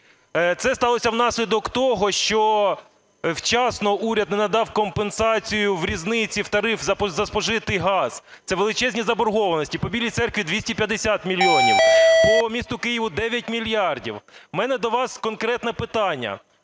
Це сталося внаслідок того, що вчасно уряд не надав компенсацію різниці в тарифі за спожитий газ. Це величезні заборгованості: по Білій Церкві – 250 мільйонів, по місту Києву – 9 мільярдів. У мене до вас конкретне питання.